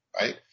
right